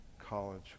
college